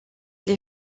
les